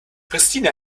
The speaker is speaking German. pristina